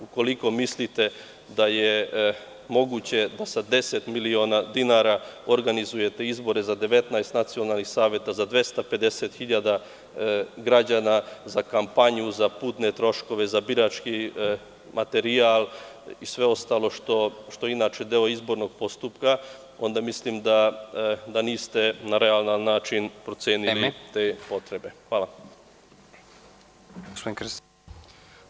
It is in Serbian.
Ukoliko mislite da je moguće da sa 10 miliona dinara organizujete izbore za 19 nacionalnih saveta za 250 hiljada građana, za kampanju, za putne troškove, za birački materijal i sve ostalo što je inače deo izbornog postupka, onda mislim da niste na realan način procenili te potrebe.